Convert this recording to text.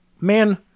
man